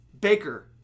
Baker